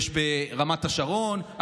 יש ברמת השרון,